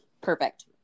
perfect